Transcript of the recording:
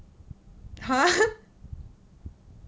!huh!